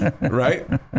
right